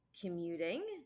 commuting